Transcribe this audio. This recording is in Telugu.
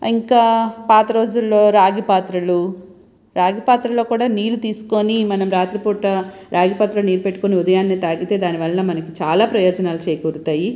ఇంకా పాత రోజుల్లో రాగి పాత్రలు రాగి పాత్రలో కూడా నీళ్ళు తీసుకుని మనం రాత్రిపూట రాగి పాత్రలో నీరు పెట్టుకుని ఉదయాన్నే తాగితే దాని వలన మనకి చాలా ప్రయోజనాలు చేకూరతాయి